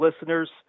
listeners